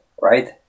right